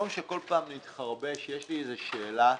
יש לי שאלה.